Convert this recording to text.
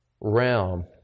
realm